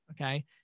Okay